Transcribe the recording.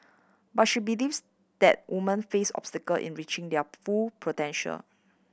but she believes that woman face obstacle in reaching their full potential